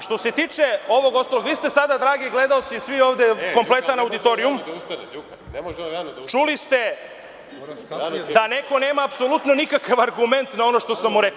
Što se tiče ovog ostalog, vi ste sada dragi gledaoci i svi ovde, kompletan auditorijum, čuli ste da neko nema apsolutno nikakav argument na ono što sam mu rekao.